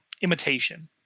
imitation